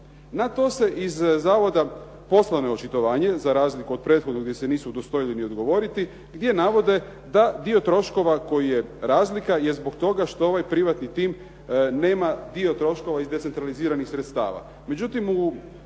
Na to je iz zavoda poslano očitovanje, za razliku od prethodnog gdje se nisu udostojili ni odgovoriti, gdje navode da dio troškova koji je razlika je zbog toga što ovaj privatni tim nema dio troškova iz decentraliziranih sredstava.